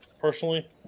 Personally